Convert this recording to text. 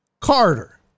Carter